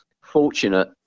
fortunate